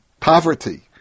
poverty